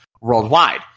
worldwide